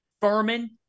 Furman